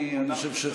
אני חושב,